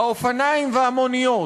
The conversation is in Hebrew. האופניים והמוניות,